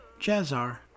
Jazzar